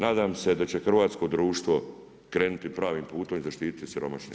Nadam se da će hrvatsko društvo krenuti pravim putem i zaštititi siromašne.